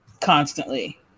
constantly